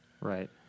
right